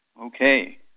okay